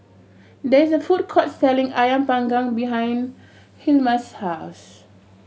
there is a food court selling Ayam Panggang behind Hilma's house